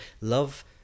love